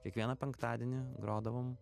kiekvieną penktadienį grodavom